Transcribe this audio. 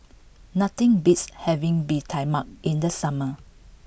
nothing beats having Bee Tai Mak in the summer